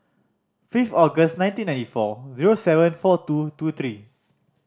fifth August ninety ninety four zero seven four two two three